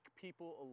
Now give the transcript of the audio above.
people